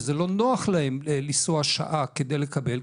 וזה לא נוח להם לנסוע שעה כדי לקבל,